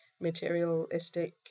materialistic